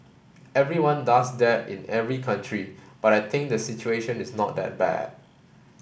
everyone does that in every country but I think the situation is not that bad